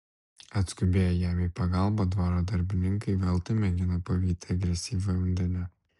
atskubėję jam į pagalbą dvaro darbininkai veltui mėgino pavyti agresyvią undinę